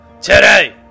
Today